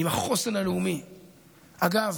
עם החוסן הלאומי, אגב,